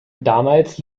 damals